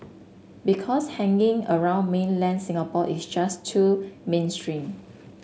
because hanging around mainland Singapore is just too mainstream